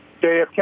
JFK